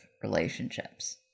relationships